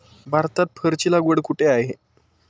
भारतात फरची लागवड कुठे आहे?